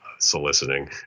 soliciting